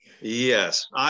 Yes